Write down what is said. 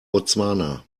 botswana